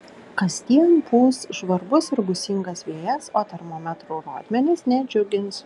kasdien pūs žvarbus ir gūsingas vėjas o termometrų rodmenys nedžiugins